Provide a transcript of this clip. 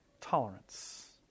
tolerance